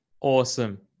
Awesome